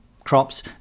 Crops